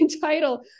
title